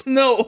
no